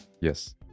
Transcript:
Yes